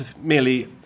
merely